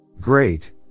Great